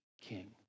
king